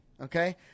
okay